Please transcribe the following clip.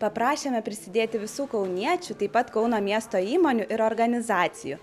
paprašėme prisidėti visų kauniečių taip pat kauno miesto įmonių ir organizacijų